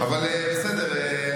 אבל בסדר,